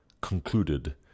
concluded